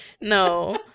No